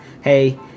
Hey